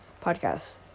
Podcast